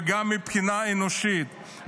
וגם מבחינה אנושית,